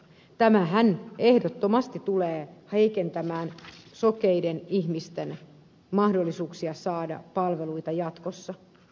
tämähän ehdottomasti tulee heikentämään sokeiden ihmisten mahdollisuuksia saada palveluita jatkossa